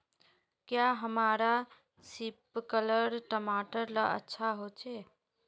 क्याँ हमार सिपकलर टमाटर ला अच्छा होछै?